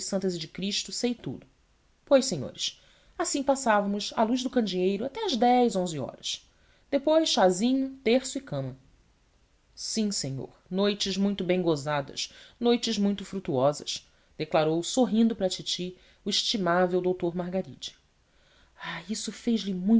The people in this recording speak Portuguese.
e de cristo sei tudo pois senhores assim passávamos à luz do candeeiro até às dez onze horas depois chazinho terço e cama sim senhor noites muito bem gozadas noites muito frutuosas declarou sorrindo para a titi o estimável doutor margaride ai isso